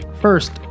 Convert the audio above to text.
First